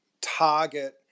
target